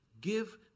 Give